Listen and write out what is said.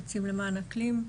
עצים למען אקלים.